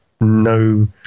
no